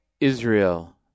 Israel